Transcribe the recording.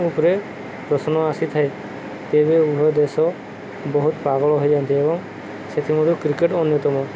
ଉପରେ ପ୍ରଶ୍ନ ଆସିଥାଏ ତେବେ ଉଭୟ ଦେଶ ବହୁତ ପାଗଳ ହୋଇଯାଆନ୍ତି ଏବଂ ସେଥିମଧ୍ୟରୁ କ୍ରିକେଟ୍ ଅନ୍ୟତମ